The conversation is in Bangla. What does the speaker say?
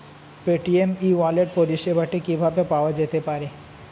পেটিএম ই ওয়ালেট পরিষেবাটি কিভাবে পাওয়া যেতে পারে?